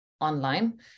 online